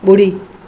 बु॒ड़ी